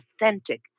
authentic